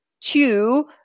Two